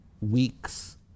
weeks